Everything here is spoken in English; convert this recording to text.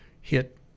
hit